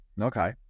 okay